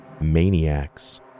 maniacs